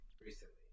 recently